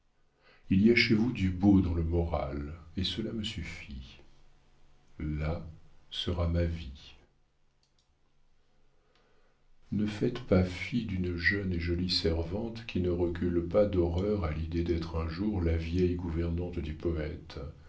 il y a chez vous du beau dans le moral et cela me suffit là sera ma vie ne faites pas fi d'une jeune et jolie servante qui ne recule pas d'horreur à l'idée d'être un jour la vieille gouvernante du poëte